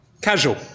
casual